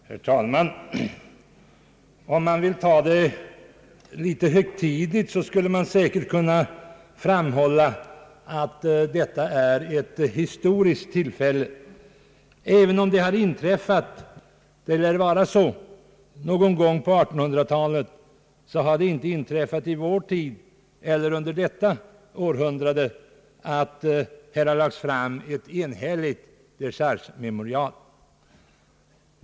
Herr talman! Om man ville ta det litet högtidligt, skulle man säkert kunna framhålla att detta är ett historiskt tillfälle. även om det lär ha inträffat någon gång på 1800-talet, så har det i varje fall inte hänt tidigare under detta århundrade, att här har lagts fram ett enhälligt dechargememorial.